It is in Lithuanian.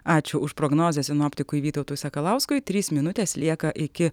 ačiū už prognozę sinoptikui vytautui sakalauskui trys minutės lieka iki